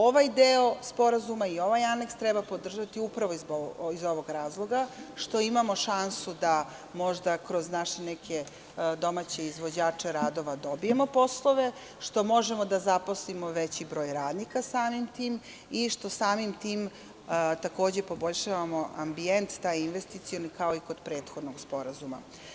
Ovaj deo sporazuma i deo aneksa treba podržati upravo iz ovog razloga, što imamo šansu da možda kroz naše neke domaće izvođače radova, dobijemo poslove, što možemo da zaposlimo veći broj radnika samim tim i što samim tim poboljšavamo ambijent, taj investicioni, kao i kod prethodnog sporazuma.